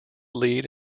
lead